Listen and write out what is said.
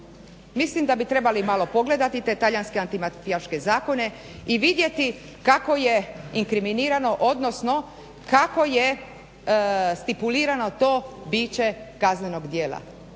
Mislim da bi trebali malo pogledati te talijanske antimafijaške zakone i vidjeti kako je inkriminirano, odnosno kako je stipulirano to biće kaznenog djela,